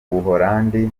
buholandi